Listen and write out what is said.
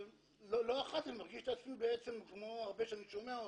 ולא אחת אני מרגיש את עצמי כמו הרבה שאני שומע,